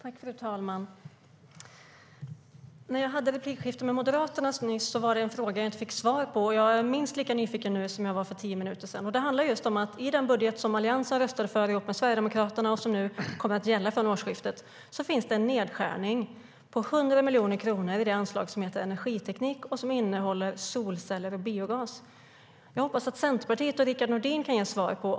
Fru talman! När jag hade replikskifte med Moderaterna nyss var det en fråga jag inte fick svar på. Jag är minst lika nyfiken nu som jag var för tio minuter sedan. Frågan handlar om att det i den budget som Alliansen röstade för ihop med Sverigedemokraterna och som nu kommer att gälla från årsskiftet finns en nedskärning på 100 miljoner kronor i anslaget för energiteknik, vilket innefattar solceller och biogas. Jag hoppas att Rickard Nordin från Centerpartiet kan ge svar.